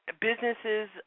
businesses